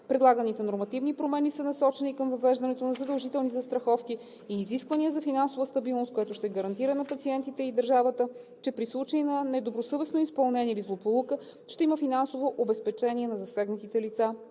Предлаганите нормативни промени са насочени към въвеждането на задължителни застраховки и изисквания за финансова стабилност, което ще гарантира на пациентите и на държавата, че при случай на недобросъвестно изпълнение или злополука ще има финансово обезпечение на засегнатите лица;